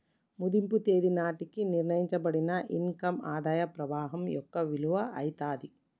మదింపు తేదీ నాటికి నిర్ణయించబడిన ఇన్ కమ్ ఆదాయ ప్రవాహం యొక్క విలువ అయితాది